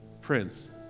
prince